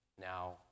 now